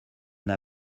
n’a